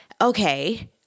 okay